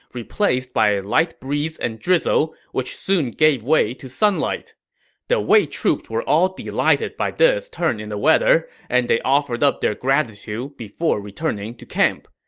replaced by a light breeze and drizzle, which soon gave way to sunlight the wei troops were all delighted by this turn in the weather, and they offered up their gratitude before returning to camp.